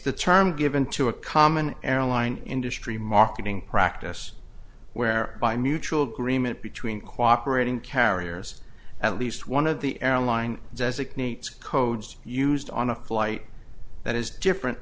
the term given to a common airline industry marketing practice where by mutual agreement between cooperate in carriers at least one of the airline designate codes used on a flight that is different